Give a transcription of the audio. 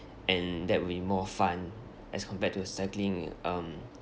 and that would be more fun as compared to the cycling um